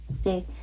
stay